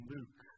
Luke